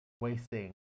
wasting